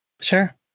Sure